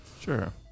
Sure